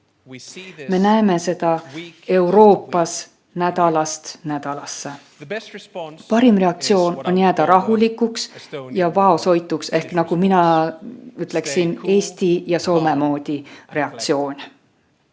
Me näeme seda Euroopas nädalast nädalasse. Parim reaktsioon on jääda rahulikuks ja vaoshoituks, ehk nagu mina ütleksin: reaktsioon